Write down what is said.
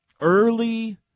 early